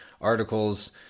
articles